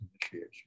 initiation